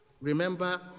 remember